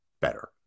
better